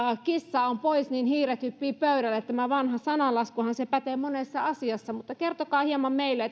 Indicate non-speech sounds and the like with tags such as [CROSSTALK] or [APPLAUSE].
kissa on poissa niin hiiret hyppivät pöydällä tämä vanha sananlaskuhan pätee monessa asiassa kertokaa hieman meille [UNINTELLIGIBLE]